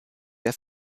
der